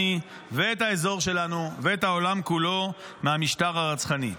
ואת האזור שלנו ואת העולם כולו מהמשטר ה רצחני.